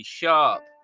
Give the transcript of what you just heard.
sharp